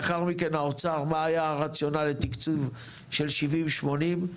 לאחר מכן האוצר, מה היה הרציונל לתקצוב של 70-80?